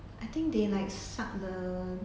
I think they like suck the